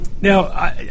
Now